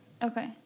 Okay